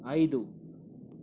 ಐದು